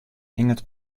hinget